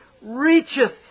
reacheth